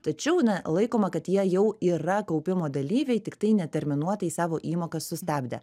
tačiau na laikoma kad jie jau yra kaupimo dalyviai tiktai neterminuotai savo įmokas sustabdę